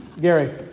Gary